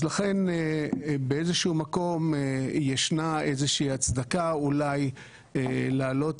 לכן באיזשהו מקום יש איזושהי הצדקה אולי להעלות